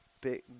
big